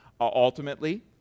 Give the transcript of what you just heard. ultimately